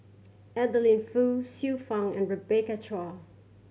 Adeline Foo Xiu Fang and Rebecca Chua